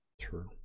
true